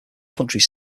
countries